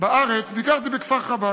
בארץ ביקרתי בכפר-חב"ד,